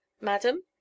Madam